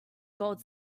gold